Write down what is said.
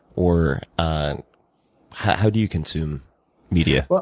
or and how do you consume media? but